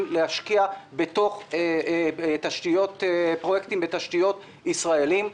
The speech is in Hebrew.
להשקיע בתוך פרויקטים ישראליים בתשתיות.